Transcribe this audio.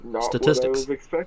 statistics